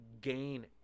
gain